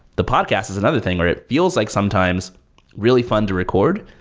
the podcast is another thing where it feels like sometimes really fun to record,